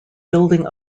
building